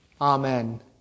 Amen